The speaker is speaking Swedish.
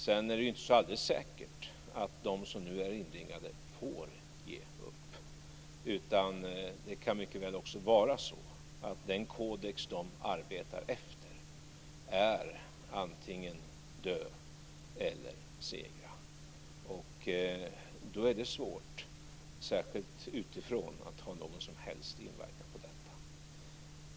Sedan är det inte så alldeles säkert att de som nu är inringade får ge upp. Det kan mycket väl vara så att den kodex som de arbetar efter innebär att antingen dö eller segra. Då är det svårt, särskilt utifrån, att ha någon som helst inverkan på detta.